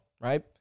right